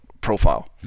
profile